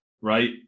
right